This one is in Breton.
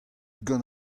gant